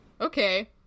Okay